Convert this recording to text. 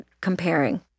comparing